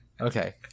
Okay